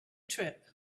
trip